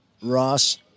Ross